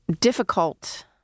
difficult